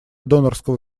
донорского